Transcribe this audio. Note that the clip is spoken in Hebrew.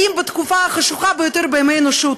האם בתקופה החשוכה ביותר בימי האנושות,